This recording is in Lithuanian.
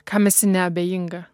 kam esi neabejinga